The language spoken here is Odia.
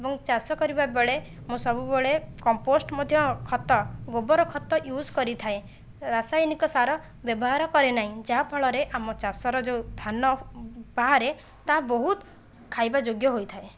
ଏବଂ ଚାଷ କରିବା ବେଳେ ମୁଁ ସବୁବେଳେ କମ୍ପୋଷ୍ଟ ମଧ୍ୟ ଖତ ଗୋବର ଖତ ୟୁଜ୍ କରିଥାଏ ରାସାୟନିକ ସାର ବ୍ୟବହାର କରେ ନାହିଁ ଯାହାଫଳରେ ଆମ ଚାଷର ଯେଉଁ ଧାନ ବାହାରେ ତାହା ବହୁତ ଖାଇବା ଯୋଗ୍ୟ ହୋଇଥାଏ